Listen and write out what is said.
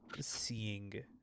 seeing